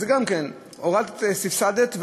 אז סבסדת,